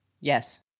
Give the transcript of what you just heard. Yes